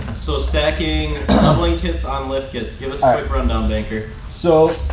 so stacking leveling kits on lift kits. give us ah rundown, banker. so,